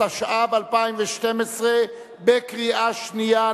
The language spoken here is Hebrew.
התשע"ב 2012, בקריאה שנייה.